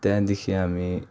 त्यहाँदेखि हामी